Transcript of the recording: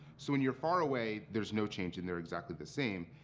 so when you're far away, there's no change and they're exactly the same.